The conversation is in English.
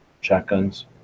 Shotguns